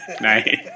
Nice